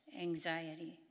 anxiety